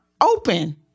open